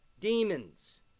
demons